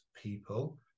people